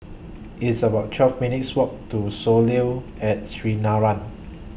It's about twelve minutes' Walk to Soleil At Sinaran